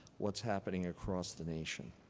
what's happening across the nation?